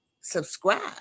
subscribe